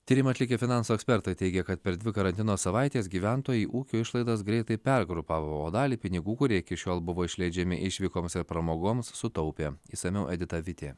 tyrimą atlikę finansų ekspertai teigia kad per dvi karantino savaites gyventojai ūkio išlaidos greitai pergrupavo o dalį pinigų kurie iki šiol buvo išleidžiami išvykoms ir pramogoms sutaupė išsamiau edita vitė